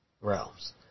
realms